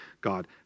God